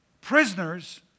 prisoners